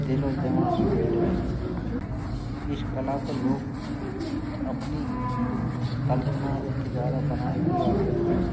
दिल और दिमाग़ में बेठ गई है इस कला को लोग अपनी कल्पना के द्वारा बनाए हुए आकृति